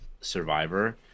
survivor